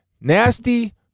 nasty